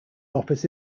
office